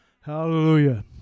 Hallelujah